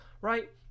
right